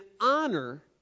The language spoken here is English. honor